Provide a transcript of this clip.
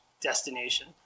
destination